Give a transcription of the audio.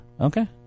Okay